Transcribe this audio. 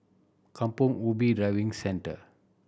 Kampong Ubi Driving Centre